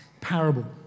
parable